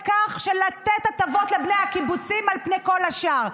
לתת הטבות לבני הקיבוצים על פני כל השאר.